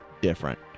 different